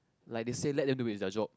like they say let them do it it's their job